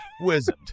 wizard